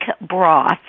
broth